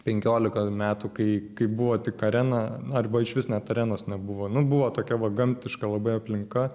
penkioliką metų kai kai buvo tik arena arba išvis net arenos nebuvo nu buvo tokia va gamtiška labai aplinka